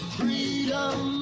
freedom